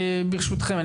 ברשותכם,